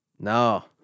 No